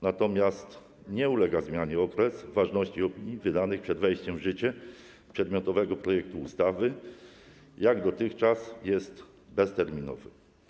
Natomiast nie ulega zmianie okres ważności opinii wydanych przed wejściem w życie przedmiotowego projektu ustawy - jak dotychczas jest on bezterminowy.